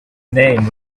name